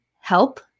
help